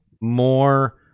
more